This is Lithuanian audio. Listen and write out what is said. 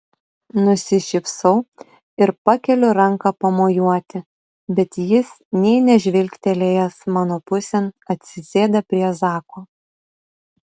nusišypsau ir pakeliu ranką pamojuoti bet jis nė nežvilgtelėjęs mano pusėn atsisėda prie zako